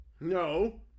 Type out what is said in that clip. No